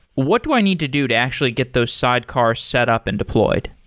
what do i need to do to actually get those sidecar set up and deployed?